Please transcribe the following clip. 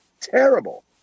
Terrible